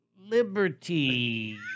liberty